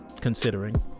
considering